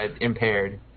impaired